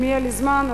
אם יהיה לי זמן,